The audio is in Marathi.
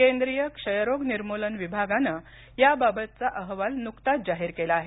केंद्रीय क्षय रोग निर्मुलन विभागाने याबाबतचा अहवाल नुकताच जाहीर केला आहे